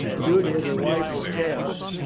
julia, the wife of caius,